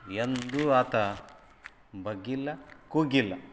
ಎಂದೂ ಆತ ಬಗ್ಗಿಲ್ಲ ಕುಗ್ಗಿಲ್ಲ